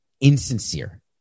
insincere